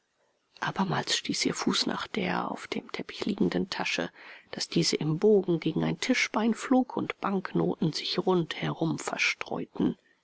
abermals stieß ihr fuß nach der auf dem teppich liegenden tasche daß diese im bogen gegen ein tischbein flog und banknoten sich rund herum verstreuten